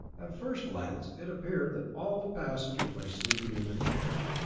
at first glance it appeared that all the passengers lay sleeping in their chairs.